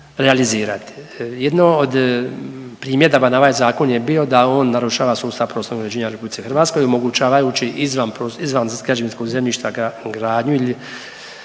Jedno od primjedaba na ovaj zakon je bio da on narušava sustav prostornog uređenja u RH omogućavajući izvan građevinskog zemljišta gradnju i